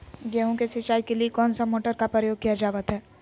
गेहूं के सिंचाई के लिए कौन सा मोटर का प्रयोग किया जावत है?